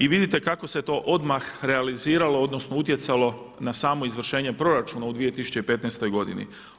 I vidite kako se to odmah realiziralo odnosno utjecalo na samo izvršenje proračuna u 2015. godini.